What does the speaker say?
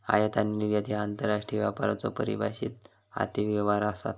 आयात आणि निर्यात ह्या आंतरराष्ट्रीय व्यापाराचो परिभाषित आर्थिक व्यवहार आसत